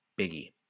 biggie